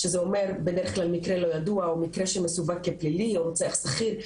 שזה אומר בדרך כלל מקרה לא ידוע או מקרה שמסווג כפלילי או רוצח שכיר.